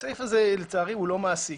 לצערי הוא לא מעשי.